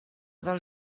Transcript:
del